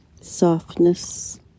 softness